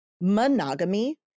Monogamy